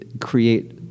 create